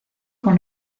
con